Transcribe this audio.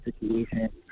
situation